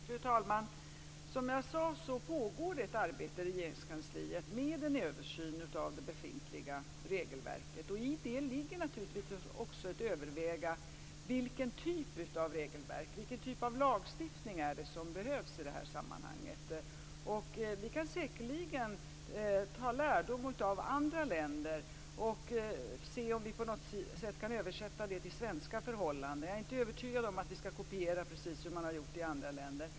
Fru talman! Som jag sade pågår det ett arbete i Regeringskansliet med en översyn av det befintliga regelverket. I detta ligger att man skall överväga vilken typ av regelverk och lagstiftning som behövs i det här sammanhanget. Vi kan säkerligen ta lärdom av andra länder och se om vi på något sätt kan översätta deras regler till svenska förhållanden, men jag är inte övertygad om att vi skall kopiera precis det som man har gjort i andra länder.